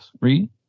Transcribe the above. Read